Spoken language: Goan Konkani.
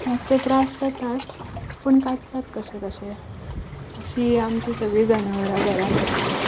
मात्शे त्रास जातात पूण काडटात कशे कशे अशीं हीं आमची सगळीं जनावरां घरांत आशिल्ली